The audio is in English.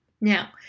Now